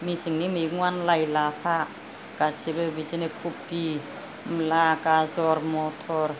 मेसेंनि मैगंआ लाइ लाफा गासिबो बिदिनो कपि मुला गाज'र मटर